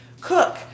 cook